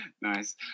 Nice